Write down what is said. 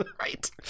right